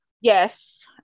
yes